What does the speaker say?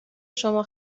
شما